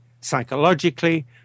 psychologically